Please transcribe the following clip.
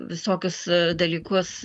visokius dalykus